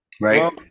right